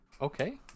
Okay